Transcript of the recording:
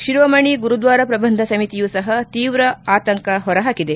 ಶಿರೋಮಣಿ ಗುರುದ್ವಾರ ಶ್ರಬಂಧ ಸಮಿತಿಯು ಸಹ ತೀವ್ರ ಆತಂಕ ಹೊರಹಾಕಿದೆ